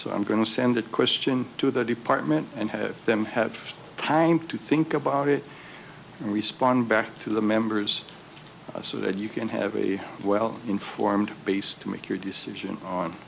so i'm going to send that question to the department and have them have time to think about it and respond back to the members so that you can have a well informed base to make your decision on